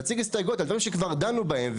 להציג הסתייגויות על דברים שכבר דנו בהם,